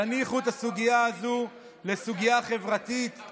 תניחו את הסוגיה הזו כסוגיה חברתית להכרעה חברתית.